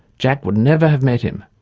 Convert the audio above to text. jack would never have met him,